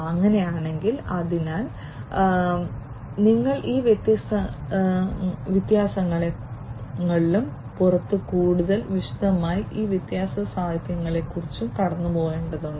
അതിനാൽ അതിനും നിങ്ങൾ ഈ വ്യത്യാസങ്ങളിലും പുറത്തും കൂടുതൽ വിശദമായി ഈ വ്യത്യസ്ത സാഹിത്യങ്ങളിലൂടെ കടന്നുപോകേണ്ടതുണ്ട്